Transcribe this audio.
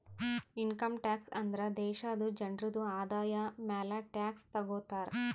income tax ಅಂದುರ್ ದೇಶಾದು ಜನ್ರುದು ಆದಾಯ ಮ್ಯಾಲ ಟ್ಯಾಕ್ಸ್ ತಗೊತಾರ್